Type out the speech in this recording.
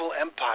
empire